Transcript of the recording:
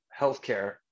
healthcare